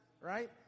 Right